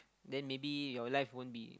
then maybe your life won't be